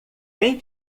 quem